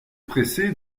pressé